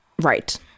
Right